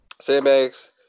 sandbags